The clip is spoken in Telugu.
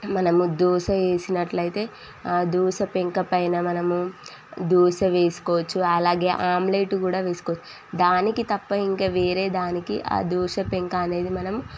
మనము దోశ వేసినట్లయితే ఆ దోశ పెంక పైన మనము దోశ వేసుకోవచ్చు అలాగే ఆమ్లెట్ కూడా వేసుకో దానికి తప్పా ఇంకా వేరే దానికి ఆ దోశ పెంక అనేది మనం